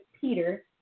Peter